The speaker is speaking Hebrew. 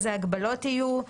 איזה הגבלות יהיו.